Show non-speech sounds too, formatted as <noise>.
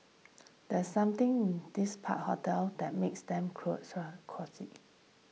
there's something this part hotel that makes them <unintelligible> cosy